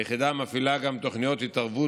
היחידה מפעילה גם תוכניות התערבות